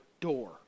door